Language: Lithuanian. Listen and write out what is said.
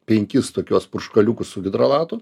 penkis tokiuos purškaliukus su hidrolatu